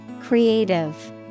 Creative